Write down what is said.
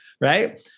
Right